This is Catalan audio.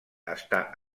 està